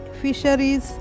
fisheries